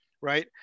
right